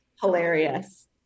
hilarious